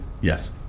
Yes